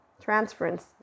transference